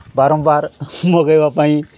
ବାରମ୍ବାର ମଗାଇବା ପାଇଁ